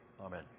Amen